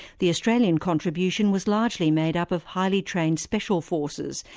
the australian contribution was largely made up of highly-trained special forces,